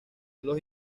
los